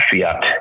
fiat